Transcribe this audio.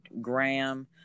Graham